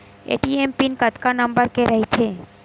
ATM PIN कतका number के रही थे?